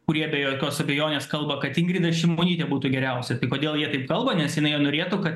kurie be jokios abejonės kalba kad ingrida šimonytė būtų geriausia tai kodėl jie taip kalba nes jie nenorėtų kad